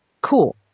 cool